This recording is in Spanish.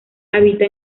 habita